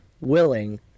willing